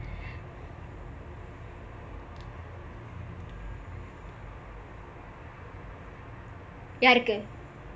யாருக்கு:yaarukku